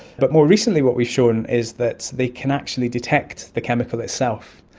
but more recently what we've shown is that they can actually detect the chemical itself,